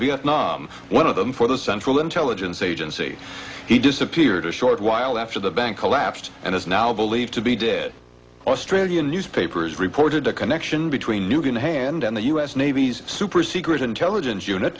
vietnam one of them for the central intelligence agency he disappeared a short while after the bank collapsed and is now believed to be did australian newspapers reported a connection between new can hand and the u s navy's super secret intelligence unit